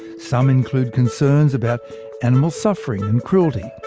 some include concerns about animal suffering and cruelty,